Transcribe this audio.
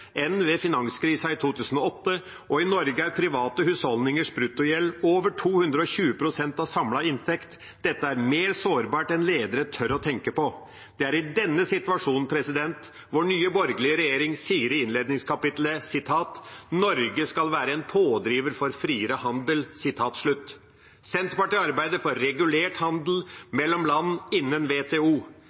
enn ved finanskrisen i 2008, og i Norge er private husholdningers bruttogjeld på over 220 pst. av samlet inntekt. Dette er mer sårbart enn ledere tør å tenke på. Det er i denne situasjonen vår nye borgerlige regjering sier i innledningskapittelet at «Norge skal være en pådriver for friere handel». Senterpartiet arbeider for regulert handel mellom land innen WTO.